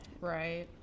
Right